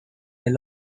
fell